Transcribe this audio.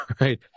right